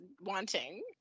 wanting